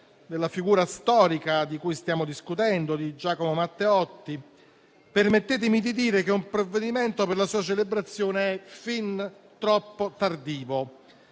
della figura storica di cui stiamo discutendo, Giacomo Matteotti, permettetemi di dire che un provvedimento per la sua celebrazione è fin troppo tardivo.